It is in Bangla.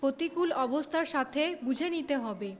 প্রতিকূল অবস্থার সাথে যুঝে নিতে হবে